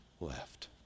left